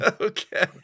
Okay